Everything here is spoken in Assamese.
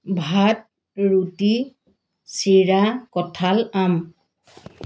ভাত ৰুটি চিৰা কঁঠাল আম